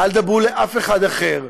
אל תדברו לאף אחד אחר.